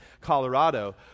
Colorado